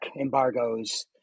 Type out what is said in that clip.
embargoes